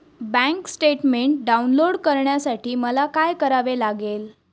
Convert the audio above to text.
Bank statement download करण्यासाठी मला काय करावे लागेल?